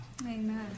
Amen